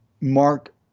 mark